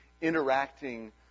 interacting